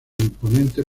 imponente